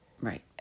Right